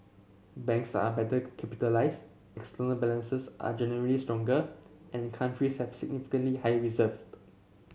banks are better capitalised external balances are generally stronger and countries have significantly higher